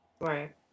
right